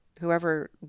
whoever